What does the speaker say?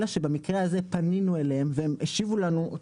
אלא שבמקרה הזה פנינו אליהם והם השיבו לנו,